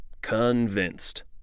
convinced